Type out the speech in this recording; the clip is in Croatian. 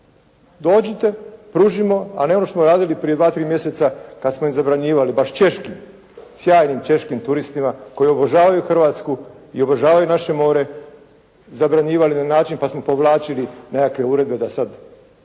Dođite, pružimo, a ne ono što smo radili prije 2, 3 mjeseca kada smo im zabranjivali, baš Češkim, sjajnim Češkim turistima koji obožavaju Hrvatsku i obožavaju naše more, zabranjivali na način pa smo povlačili nekakve uredbe, da ne